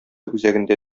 үзәгендә